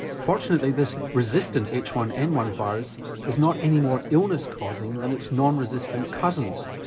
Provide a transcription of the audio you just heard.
fortunately this resistant h one n one virus is not any more illness-causing than its non-resistant cousins.